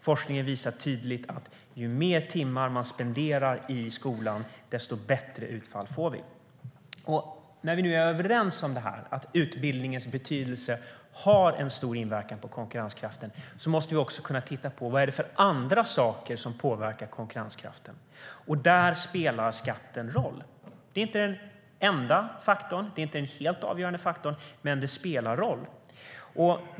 Forskningen visar tydligt att ju fler timmar man spenderar i skolan, desto bättre blir utfallet. När vi nu är överens om utbildningens stora betydelse och inverkan på konkurrenskraften måste vi också kunna titta på vad det är för andra saker som påverkar konkurrenskraften. Där spelar skatten roll. Den är inte den enda och helt avgörande faktorn, men den spelar roll.